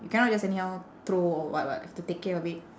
you cannot just anyhow throw or what [what] have to take care of it